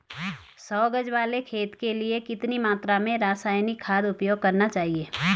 सौ गज वाले खेत के लिए कितनी मात्रा में रासायनिक खाद उपयोग करना चाहिए?